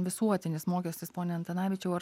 visuotinis mokestis pone antanavičiau ar